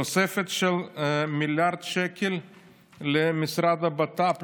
תוספת של מיליארד שקל למשרד הבט"פ,